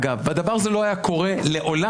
אגב, בדבר זה לא היה קורה לעולם,